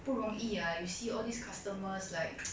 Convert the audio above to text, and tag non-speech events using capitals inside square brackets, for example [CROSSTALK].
不容易 ah you see all these customers like [NOISE]